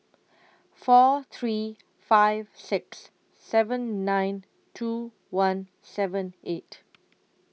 four three five six seven nine two one seven eight